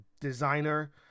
designer